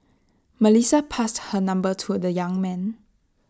Melissa passed her number to the young man